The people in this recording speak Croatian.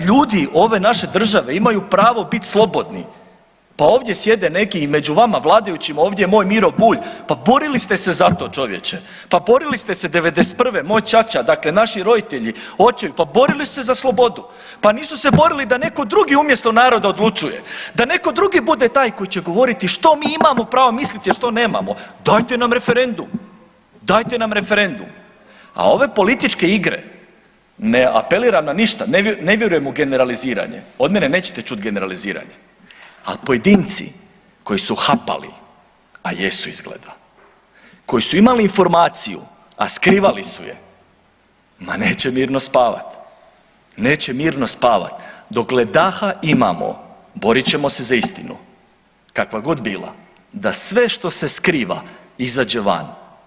Ljudi ove naše države imaju pravo bit slobodni, pa ovdje sjede neki i među vama vladajućim, ovdje je moj Miro Bulj, pa borili ste se za to čovječe, pa borili ste se '91., moj ćaća, dakle naši roditelji, očevi, pa borili su se za slobodu, pa nisu se borili da neko drugi umjesto naroda odlučuje, da neko drugi bude taj koji će govoriti što mi imamo pravo misliti, a što nemamo, dajte nam referendum, dajte nam referendum, a ove političke igre ne apeliram na ništa, ne vjerujem u generaliziranje, od mene nećete čut generaliziranje, al pojedinci koji su hapali, a jesu izgleda, koji su imali informaciju, a skrivali su je, ma neće mirno spavat, neće mirno spavat, dokle daha imamo borit ćemo se za istinu kakva god bila da sve što se skriva izađe van.